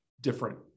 different